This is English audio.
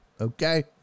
okay